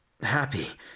happy